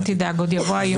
אל תדאג, עוד יבוא היום.